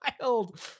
wild